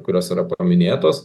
kurios yra paminėtos